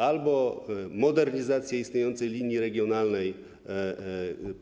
Albo modernizacja istniejącej linii regionalnej,